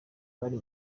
bari